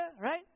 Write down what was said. right